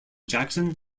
jackson